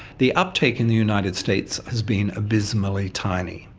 the uptake in the united states has been abysmally tiny.